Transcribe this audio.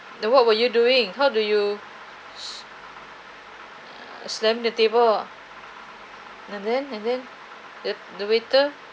then what were you doing how do you slam the table and then and then the the waiter